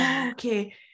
okay